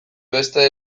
beste